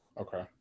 Okay